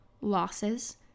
losses